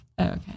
Okay